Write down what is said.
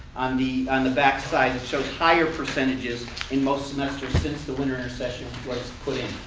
on the on the backside so higher percentages in most semesters since the winter session was put in.